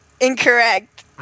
incorrect